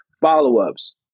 follow-ups